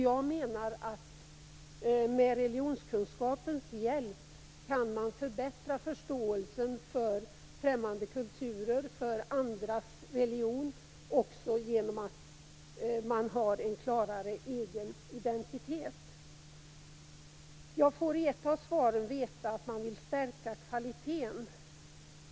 Jag menar att man med religionskunskapens hjälp kan förbättra förståelsen för främmande kulturer och för andras religion också genom att man har en klarare egen identitet. Jag får i ett av svaren veta att man vill stärka kvaliteten.